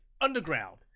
Underground